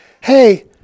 hey